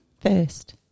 first